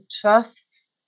trusts